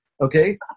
okay